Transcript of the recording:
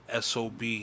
sob